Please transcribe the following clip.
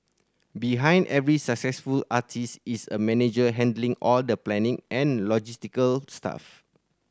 behind every successful artist is a manager handling all the planning and logistical stuff